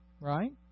Right